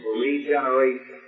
regeneration